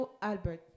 Albert